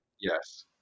Yes